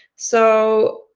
so,